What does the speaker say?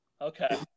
Okay